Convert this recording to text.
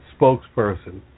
spokesperson